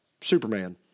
Superman